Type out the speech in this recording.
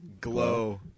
Glow